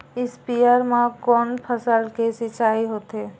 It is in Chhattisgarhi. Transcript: स्पीयर म कोन फसल के सिंचाई होथे?